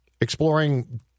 exploring